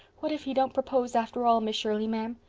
what if he don't propose after all, miss shirley, ma'am?